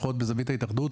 לפחות בזווית ההתאחדות